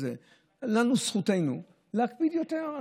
אנו, זכותנו להקפיד יותר.